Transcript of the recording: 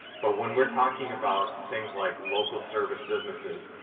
but when we're talking about things like local service businesses,